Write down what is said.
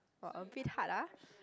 orh a bit hard ah